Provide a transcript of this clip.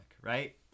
right